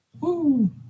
Woo